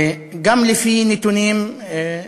גם לפי נתונים,